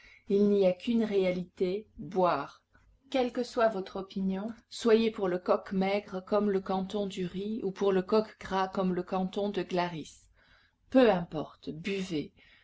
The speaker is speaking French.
il n'y a qu'une réalité boire quelle que soit votre opinion soyez pour le coq maigre comme le canton d'uri ou pour le coq gras comme le canton de glaris peu importe buvez